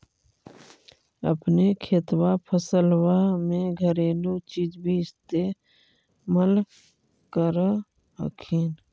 अपने खेतबा फसल्बा मे घरेलू चीज भी इस्तेमल कर हखिन?